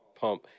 pump